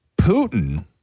Putin